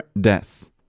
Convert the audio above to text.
death